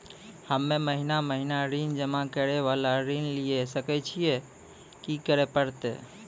हम्मे महीना महीना ऋण जमा करे वाला ऋण लिये सकय छियै, की करे परतै?